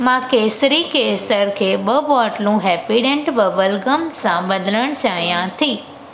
मां केसरी केसर खे ॿ बोतलूं हैप्पीडेन्ट बबल गम सां बदिलण चाहियां थी